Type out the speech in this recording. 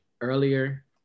earlier